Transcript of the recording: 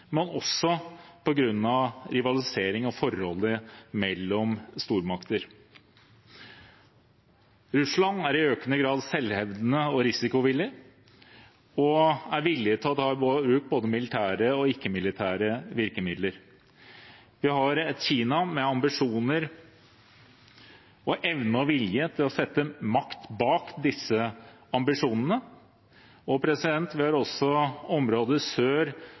rivalisering og forholdet mellom stormakter. Russland er i økende grad selvhevdende og risikovillig. De er villige til å ta i bruk både militære og ikke-militære virkemidler. Vi har et Kina med ambisjoner og evne og vilje til å sette makt bak disse ambisjonene. Vi har også et område sør